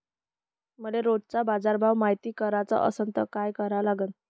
मले रोजचा बाजारभव मायती कराचा असन त काय करा लागन?